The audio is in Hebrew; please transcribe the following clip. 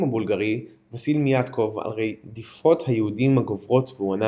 הבולגרי וסיל מיטאקוב על רדיפות היהודים הגוברות והוא ענה